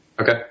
Okay